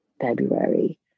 February